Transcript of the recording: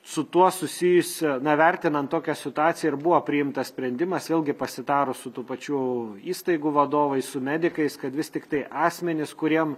su tuo susijusi na vertinant tokią situaciją ir buvo priimtas sprendimas vėlgi pasitarus su tų pačių įstaigų vadovais su medikais kad vis tiktai asmenys kuriem